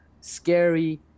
scary